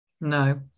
No